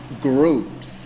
groups